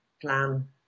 plan